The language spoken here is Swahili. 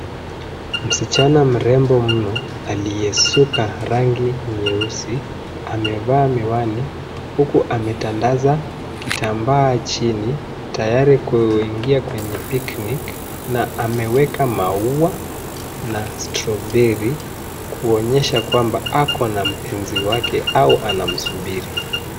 Msichana mrembo mno aliyesuka rangi nyeusi amevaa miwani huku ametandaza kitambaa chini tayari kuingia kwenye picnic, na ameweka maua na strawberry kuonyesha kwamba ako na mpenzi wake au anamsubiri.